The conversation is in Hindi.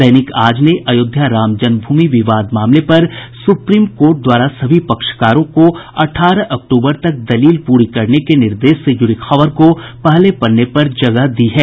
दैनिक आज ने अयोध्या रामजन्म भूमि विवाद मामले पर सुप्रीम कोर्ट द्वारा सभी पक्षकारों को अठारह अक्टूबर तक दलील पूरी करने के निर्देश से जुड़ी खबर को पहले पन्ने पर प्रकाशित किया है